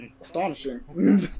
astonishing